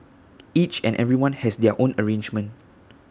each and everyone has their own arrangement